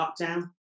lockdown